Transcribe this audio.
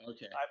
Okay